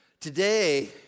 Today